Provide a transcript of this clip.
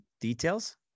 details